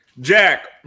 Jack